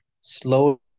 Slow